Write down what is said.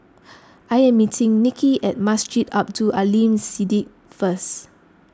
I am meeting Nicki at Masjid Abdul Aleem Siddique First